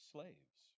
Slaves